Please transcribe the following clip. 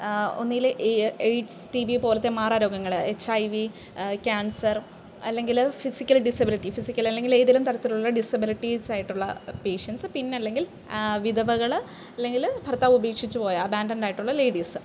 ഒന്നുകിൽ AIDS T B പോലത്തെ മാറാരോഗങ്ങ എച്ച് ഐ വി ക്യാൻസർ അല്ലെങ്കിൽ ഫിസിക്കൽ ഡിസബിലിറ്റി ഫിസിക്കൽ അല്ലെങ്കിൽ ഏതെങ്കിലും തരത്തിലുള്ള ഡിസബിലിറ്റീസ് ആയിട്ടുള്ള പേഷ്യൻസ് പിന്നല്ലെങ്കിൽ വിധവകൾ അല്ലെങ്കിൽ ഭർത്താവ് ഉപേക്ഷിച്ചു പോയ അബാൻഡം ആയിട്ടുള്ള ലേഡീസ്